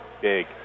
big